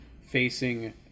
facing